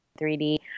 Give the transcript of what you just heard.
3d